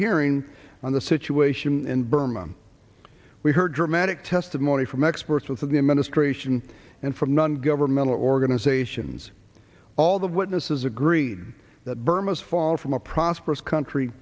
hearing on the situation in burma we heard dramatic testimony from experts with of the administration and from non governmental organizations all the witnesses agreed that burma's fall from a prosperous country